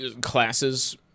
Classes